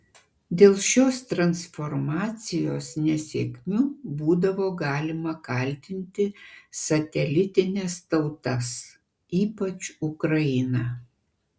dėl šios transformacijos nesėkmių būdavo galima kaltinti satelitines tautas ypač ukrainą